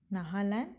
Nagaland